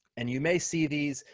and you may see these.